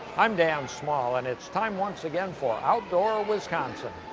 i'm dan small and it's time, once again, for outdoor wisconsin.